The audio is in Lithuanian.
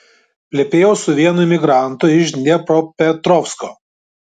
plepėjau su vienu imigrantu iš dniepropetrovsko